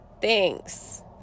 thanks